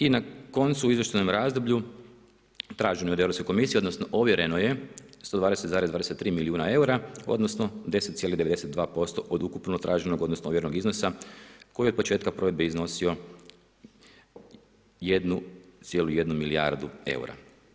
I na koncu u izvještajnom razdoblju traženo je od Europske komisije, odnosno ovjereno je 120,23 milijuna eura, odnosno 10,92% od ukupno traženog odnosno ovjerenog iznosa koji je od početka provedbe iznosio 1,1 milijardu eura.